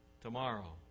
tomorrow